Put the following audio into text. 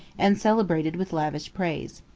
and celebrated with lavish praise.